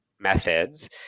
methods